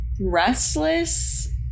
restless